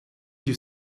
you